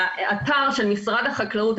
באתר של משרד החקלאות.